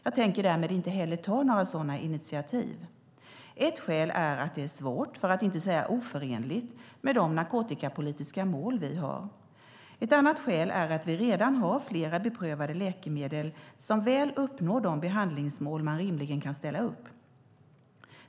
Jag tänker därmed inte heller ta några sådana initiativ. Ett skäl är att det är svårt - för att inte säga oförenligt - med de narkotikapolitiska mål vi har. Ett annat skäl är att vi redan har flera beprövade läkemedel som väl uppnår de behandlingsmål man rimligen kan ställa upp.